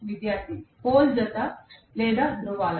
విద్యార్థి పోల్ జత లేదా ధ్రువాలా